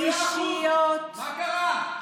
תנו 50 מיליון ו-100%, מה קרה?